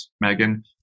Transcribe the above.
Megan